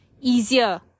easier